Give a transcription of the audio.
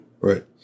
right